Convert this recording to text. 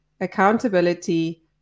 accountability